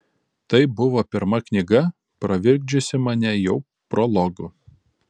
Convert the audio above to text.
tai buvo pirma knyga pravirkdžiusi mane jau prologu